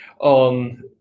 on